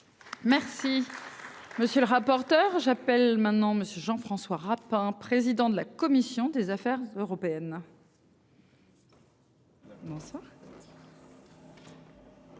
Merci. Monsieur le rapporteur. J'appelle maintenant monsieur Jean-François Rapin, président de la commission des affaires européennes.